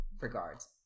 regards